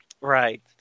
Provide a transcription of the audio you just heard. Right